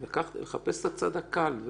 לחפש את הצד הקל.